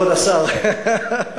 מה מסתתר מאחורי כל המחמאות האלה?